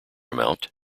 amount